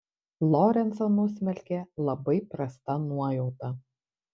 lorencą nusmelkė labai prasta nuojauta